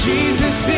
Jesus